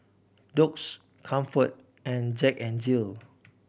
Doux Comfort and Jack N Jill